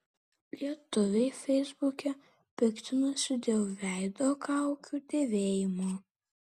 lietuviai feisbuke piktinasi dėl veido kaukių dėvėjimo